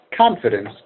confidence